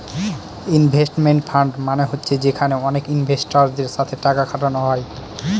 investment fund মানে হচ্ছে যেখানে অনেক ইনভেস্টারদের সাথে টাকা খাটানো হয়